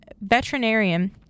veterinarian